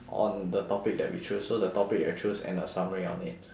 on the topic that we choose so the topic that we choose and a summary on it